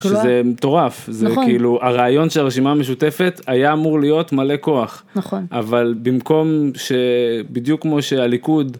זה מטורף - נכון - זה כאילו הרעיון שהרשימה המשותפת היה אמור להיות מלא כוח - נכון - אבל במקום שבדיוק כמו שהליכוד.